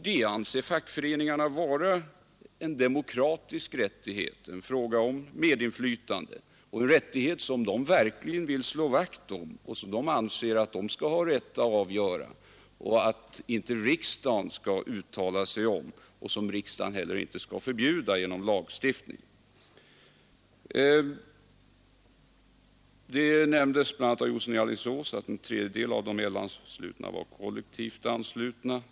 Det anser fackföreningarna vara en demokratisk rättighet, en fråga om medinflytande, som de verkligen vill slå vakt om. Fackföreningarna anser att de själva skall ha rätt att avgöra denna sak och att riksdagen inte skall uttala sig om den eller förbjuda kollektivanslutning genom lagstiftning. Bl. a. herr Jonsson i Alingsås nämnde att en tredjedel av LO-medlemmarna är kollektivt anslutna.